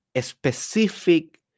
specific